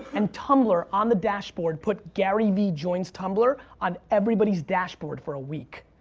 and tumblr on the dashboard, put garyvee joins tumblr on everybody's dashboard for a week.